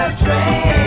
train